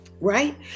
Right